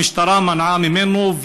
המשטרה מנעה ממנו,